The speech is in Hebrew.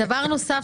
דבר נוסף,